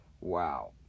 Wow